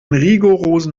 rigorosen